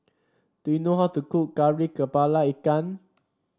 do you know how to cook Kari kepala Ikan